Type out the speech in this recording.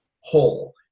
whole